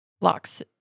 blocks